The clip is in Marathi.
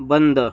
बंद